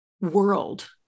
world